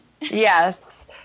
Yes